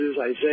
Isaiah